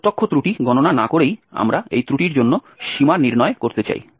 প্রত্যক্ষ ত্রুটি গণনা না করেই আমরা এই ত্রুটির জন্য সীমা নির্ণয় করতে চাই